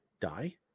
die